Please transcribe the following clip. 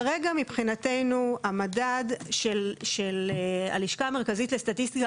כרגע מבחינתנו המדד של הלשכה המרכזית לסטטיסטיקה,